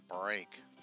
break